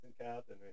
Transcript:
captain